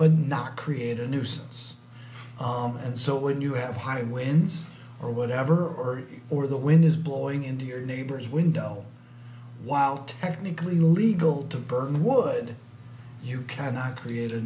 but not create a nuisance and so when you have high winds or whatever or or the wind is blowing into your neighbor's window while technically illegal to burn wood you cannot create a